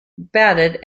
batted